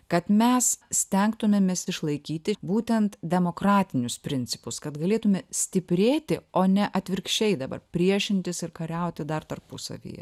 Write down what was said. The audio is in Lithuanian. kad mes stengtumėmės išlaikyti būtent demokratinius principus kad galėtume stiprėti o ne atvirkščiai dabar priešintis ir kariauti dar tarpusavyje